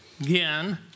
Again